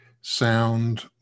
sound